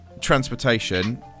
transportation